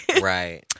right